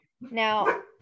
Now